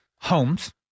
homes